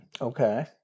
Okay